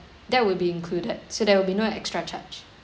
that will be included so there will be no extra charge